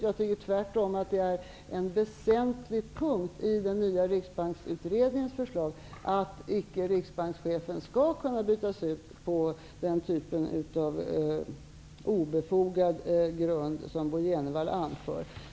Jag tycker tvärtom att det är en väsentlig punkt i den nya riksbanksutredningens förslag att riksbankschefen icke skall kunna bytas ut på sådan obefogad grund som Bo Jenevall anför.